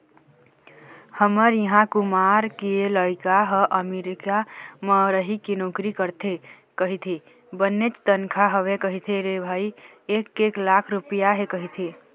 हमर इहाँ कुमार के लइका ह अमरीका म रहिके नौकरी करथे कहिथे बनेच तनखा हवय कहिथे रे भई एक एक लाख रुपइया हे कहिथे